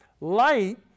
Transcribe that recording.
Light